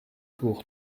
pour